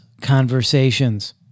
conversations